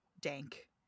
dank